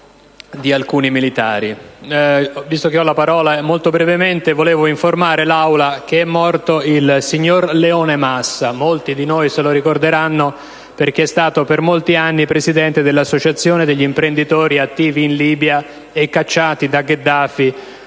di alcuni militari. Molto brevemente, desidero poi informare l'Aula che è morto il signor Leone Massa. Molti di noi lo ricorderanno, perché è stato per tanti anni presidente dell'associazione degli imprenditori attivi in Libia e cacciati da Gheddafi